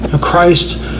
Christ